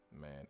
man